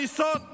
הריסות בנגב.